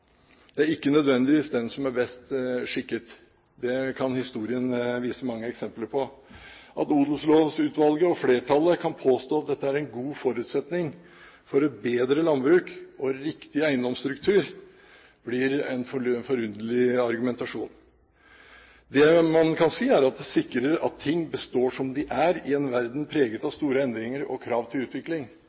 Det er ikke nødvendigvis den som er best skikket, det kan historien vise mange eksempler på. At Odelslovutvalget og flertallet kan påstå at dette er en god forutsetning for et bedre landbruk og riktig eiendomsstruktur, blir en forunderlig argumentasjon. Det man kan si, er at det sikrer at ting består som de er, i en verden preget av store endringer og krav til utvikling,